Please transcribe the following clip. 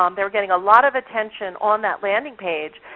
um they were getting a lot of attention on that landing page,